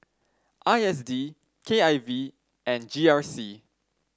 I S D K I V and G R C